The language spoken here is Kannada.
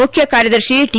ಮುಖ್ಯಕಾರ್ಯದರ್ತಿ ಟಿ